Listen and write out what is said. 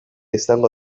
izango